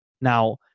Now